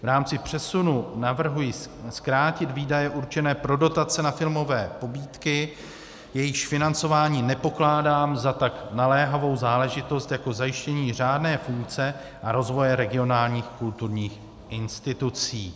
V rámci přesunu navrhuji zkrátit výdaje určené pro dotace na filmové pobídky, jejichž financování nepokládám za tak naléhavou záležitost jako zajištění řádné funkce a rozvoje regionálních kulturních institucí.